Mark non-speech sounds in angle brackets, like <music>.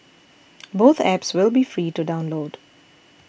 <noise> both apps will be free to download